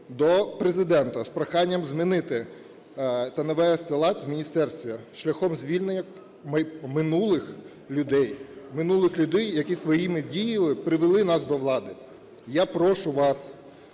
до Президента з проханням змінити та навести лад у міністерстві шляхом звільнення минулих людей, минулих людей, які своїми діями привели нас до влади. Я прошу вас